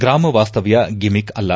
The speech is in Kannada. ಗ್ರಾಮ ವಾಸ್ತವ್ಯ ಗಿಮಿಕ್ ಅಲ್ಲ